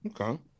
Okay